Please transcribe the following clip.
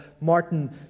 Martin